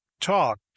talk